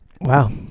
wow